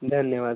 धन्यवाद